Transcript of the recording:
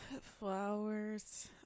flowers